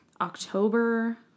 October